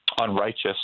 unrighteous